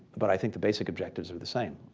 but i think the basic objectives are the same.